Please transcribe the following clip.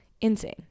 insane